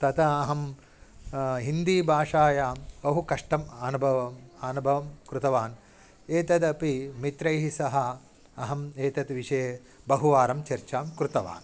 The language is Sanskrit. तदा अहं हिन्दीभाषायां बहु कष्टम् अनुभवम् अनुभवं कृतवान् एतदपि मित्रैः सह अहं एतत् विषये बहुवारं चर्चां कृतवान्